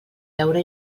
veure